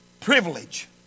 privilege